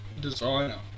designer